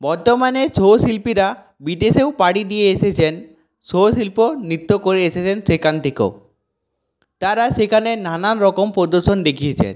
বর্তমানে ছৌ শিল্পীরা বিদেশেও পাড়ি দিয়ে এসেছেন ছৌ শিল্প নৃত্য করে এসেছেন সেখান থেকেও তারা সেখানে নানান রকম প্রদর্শন দেখিয়েছেন